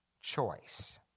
choice